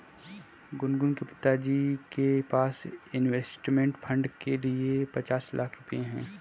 गुनगुन के पिताजी के पास इंवेस्टमेंट फ़ंड के लिए पचास लाख रुपए है